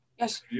yes